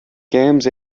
games